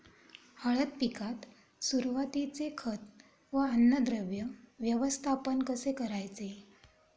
हळद पिकात सुरुवातीचे खत व अन्नद्रव्य व्यवस्थापन कसे करायचे?